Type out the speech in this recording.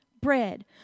bread